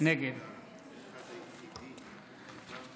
נגד